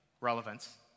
relevance